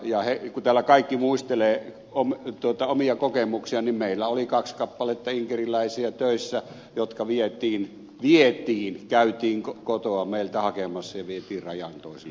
kun täällä kaikki muistelevat omia kokemuksiaan niin meillä oli kaksi kappaletta inkeriläisiä töissä jotka vietiin vietiin käytiin kotoa meiltä hakemassa ja vietiin rajan toiselle puolelle